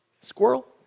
squirrel